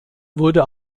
wurde